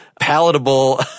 palatable